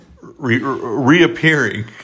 reappearing